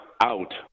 out